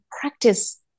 practice